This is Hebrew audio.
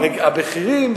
הבכירים,